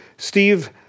Steve